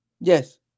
Yes